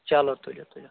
چلو تُلِو تُلِو